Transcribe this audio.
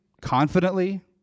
confidently